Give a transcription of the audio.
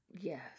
Yes